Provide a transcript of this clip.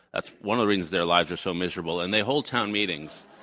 that's one of the reasons their lives are so miserable and they hold town meetings.